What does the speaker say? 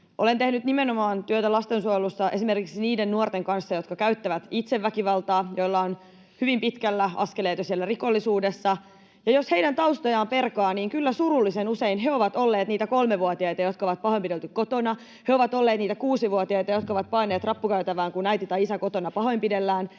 Olen tehnyt nimenomaan työtä lastensuojelussa esimerkiksi niiden nuorten kanssa, jotka käyttävät itse väkivaltaa, joilla on askeleet jo hyvin pitkällä siellä rikollisuudessa. Jos heidän taustojaan perkaa, niin kyllä surullisen usein he ovat olleet niitä kolmevuotiaita, joita on pahoinpidelty kotona. He ovat olleet niitä kuusivuotiaita, jotka ovat paenneet rappukäytävään, kun äitiä tai isää kotona pahoinpidellään.